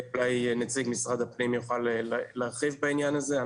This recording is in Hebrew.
אולי נציג משרד הפנים יוכל להרחיב בעניין הזה.